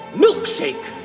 milkshake